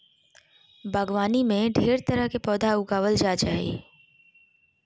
बागवानी में ढेर तरह के पौधा उगावल जा जा हइ